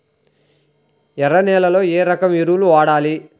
ఎర్ర నేలలో ఏ రకం ఎరువులు వాడాలి?